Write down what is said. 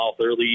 early